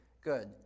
good